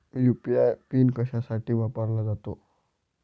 UPI PIN कशासाठी वापरला जातो?